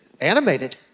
animated